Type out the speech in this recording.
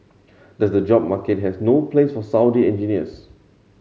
does the job market has no place for Saudi engineers